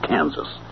Kansas